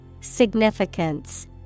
Significance